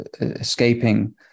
escaping